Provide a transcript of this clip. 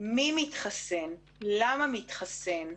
מי מתחסן, למה מתחסן,